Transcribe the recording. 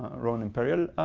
roman imperial,